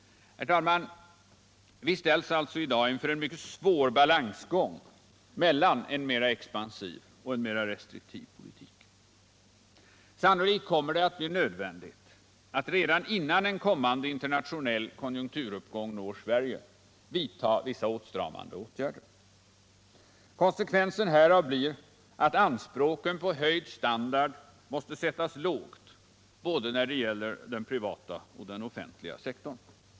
Herr talman! Vi ställs alltså i dag inför en mycket svår balansgång mellan en mera expansiv och en mera restriktiv politik. Sannolikt kommer det att bli nödvändigt att redan innan en kommande internationell konjunkturuppgång når Sverige vidta vissa åtstramande åtgärder. Konsekvensen härav blir att anspråken på höjd standard måste sättas lågt, när det gäller både den privata och den offentliga sektorn.